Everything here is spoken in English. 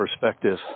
perspective